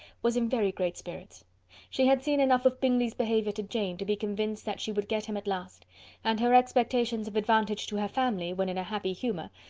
was in very great spirits she had seen enough of bingley's behaviour to jane, to be convinced that she would get him at last and her expectations of advantage to her family, when in a happy humour,